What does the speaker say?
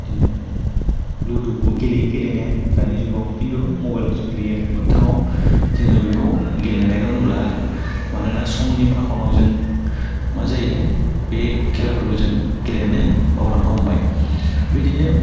बिदिनो लुदुखौ गेलेयो गेलेनाया दानि जुगाव खिन्थु मबाइलावसो गेलेयो आरो मोगथाङाव जोङो बेखौ गेलेनायखौ नुला आरो मानोना समनि फाखनाव जों मा जायो बे खेलाफोरखौ जों गेलेनो बावलांनो हमबाय बिदिनो